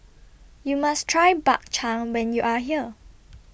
YOU must Try Bak Chang when YOU Are here